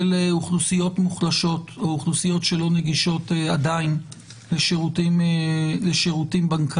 אוכלוסיות מוחלשות או אוכלוסיות שלא נגישות עדיין לשירותים בנקאיים,